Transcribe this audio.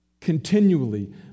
continually